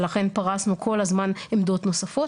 לכן פרסנו כל הזמן עמדות נוספות.